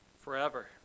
forever